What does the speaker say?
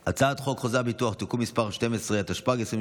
על הצעת חוק חוזה הביטוח (תיקון מס' 12),